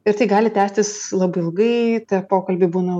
ir tai gali tęstis labai ilgai tie pokalbiai būna